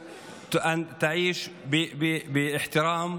שרוב או 50% מהחברה הערבית שלנו היא מתחת לקו העוני,